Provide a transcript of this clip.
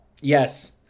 Yes